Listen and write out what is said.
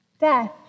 Death